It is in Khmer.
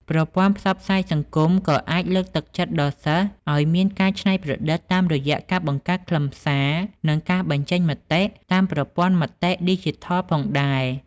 ប្រព័ន្ធផ្សព្វផ្សាយសង្គមក៏អាចលើកទឹកចិត្តដល់សិស្សឱ្យមានការច្នៃប្រឌិតតាមរយៈការបង្កើតខ្លឹមសារ និងការបញ្ចេញមតិតាមប្រព័ន្ធមតិឌីជីថលផងដែរ។